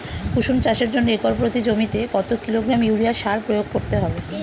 কুসুম চাষের জন্য একর প্রতি জমিতে কত কিলোগ্রাম ইউরিয়া সার প্রয়োগ করতে হবে?